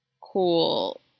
cool